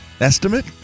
Estimate